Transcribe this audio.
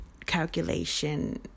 calculation